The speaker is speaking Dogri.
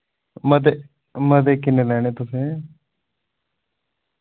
मते मते किन्ने लैने तुसैं